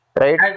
Right